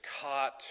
caught